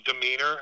demeanor